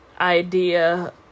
idea